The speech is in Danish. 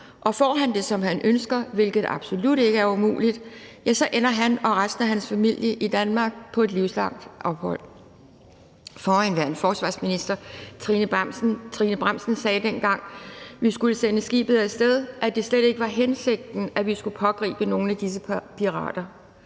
og får han det, som han ønsker, hvilket absolut ikke er umuligt, ender han og resten af hans familie i Danmark på et livslangt ophold. Forhenværende forsvarsminister Trine Bramsen sagde, dengang vi skulle sende skibet af sted, at det slet ikke var hensigten, at vi skulle pågribe nogen af disse pirater,